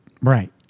Right